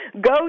Go